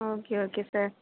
okay okay sir